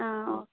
ആ ഓക്കെ